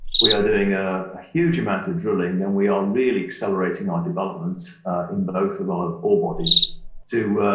we are doing a huge amount of drilling and we are really accelerating our development in both of our ore bodies to